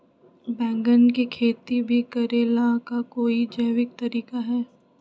बैंगन के खेती भी करे ला का कोई जैविक तरीका है?